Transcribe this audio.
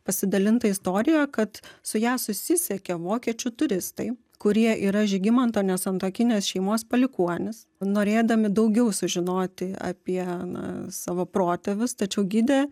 pasidalinta istorija kad su ja susisiekė vokiečių turistai kurie yra žygimanto nesantuokinės šeimos palikuonys norėdami daugiau sužinoti apie na savo protėvius tačiau gidė